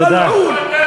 מלעון.